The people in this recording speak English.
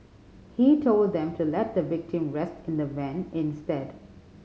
he told them to let the victim rest in the van instead